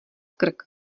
krk